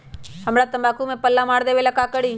हमरा तंबाकू में पल्ला मार देलक ये ला का करी?